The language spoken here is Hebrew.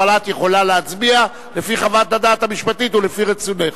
אבל את יכולה להצביע לפי חוות הדעת המשפטית ולפי רצונך.